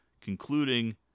concluding